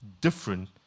different